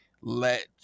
let